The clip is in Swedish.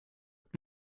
upp